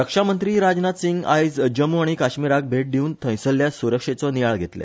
रक्षा मंत्री राजनाथ सिंग आयज जम्मू आनी काश्मीराक भेट दिवंन थंयसरल्या सुरक्षेचो नियाळ घेतले